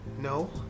No